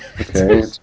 Okay